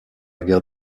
guerre